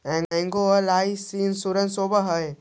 ऐगो LIC insurance होव है?